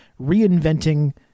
reinventing